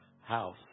house